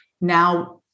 Now